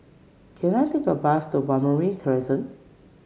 can I take a bus to Balmoral Crescent